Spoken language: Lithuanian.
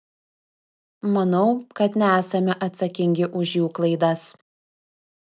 manau kad nesame atsakingi už jų klaidas